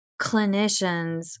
clinicians